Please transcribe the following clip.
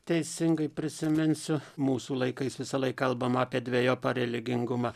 teisingai prisiminsiu mūsų laikais visą laik kalbama apie dvejopą religingumą